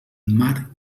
mar